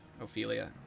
Ophelia